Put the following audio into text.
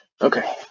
Okay